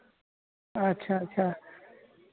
ᱟᱪᱪᱷᱟ ᱟᱪᱪᱷᱟ